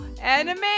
anime